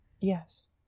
yes